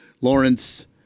lawrence